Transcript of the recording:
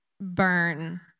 burn